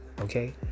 okay